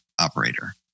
operator